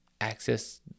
access